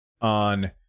on